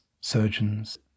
surgeons